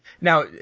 Now